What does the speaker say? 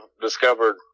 discovered